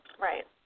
Right